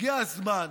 הגיע הזמן,